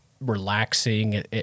relaxing